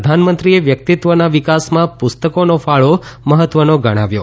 પ્રધાનમંત્રીએ વ્યક્તિત્વના વિકાસમાં પુસ્તકોનો ફાળો મહત્વનો ગણાવ્યો